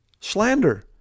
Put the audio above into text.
slander